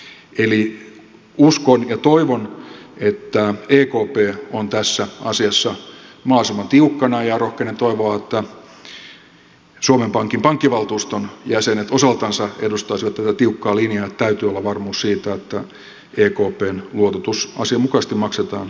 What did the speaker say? eli uskon ja toivon että ekp on tässä asiassa mahdollisimman tiukkana ja rohkenen toivoa että suomen pankin pankkivaltuuston jäsenet osaltansa edustaisivat tätä tiukkaa linjaa että täytyy olla varmuus siitä että ekpn luototus asianmukaisesti maksetaan takaisin